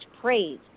praise